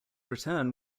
return